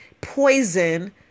poison